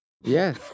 Yes